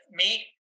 meet